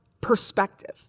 perspective